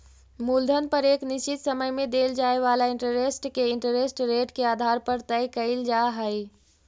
मूलधन पर एक निश्चित समय में देल जाए वाला इंटरेस्ट के इंटरेस्ट रेट के आधार पर तय कईल जा हई